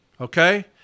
okay